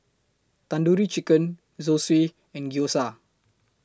Tandoori Chicken Zosui and Gyoza